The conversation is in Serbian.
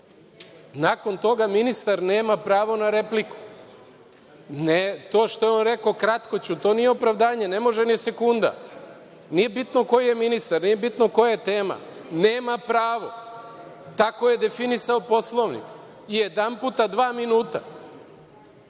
toga ministar nema pravo na repliku. Ne, to on što je rekao kratko ću, to nije opravdanje, ne može ni sekunda, nije bitno koji je ministar, nije bitno koja je tema, nema pravo, tako je definisao Poslovnik, jedanputa dva minuta